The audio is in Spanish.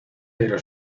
pero